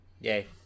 yay